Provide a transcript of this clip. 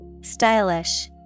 Stylish